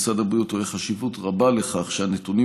משרד הבריאות רואה חשיבות רבה בכך שהנתונים